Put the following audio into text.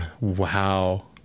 Wow